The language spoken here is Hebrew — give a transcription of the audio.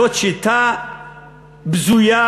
זאת שיטה בזויה,